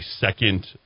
second